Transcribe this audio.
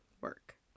work